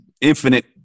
infinite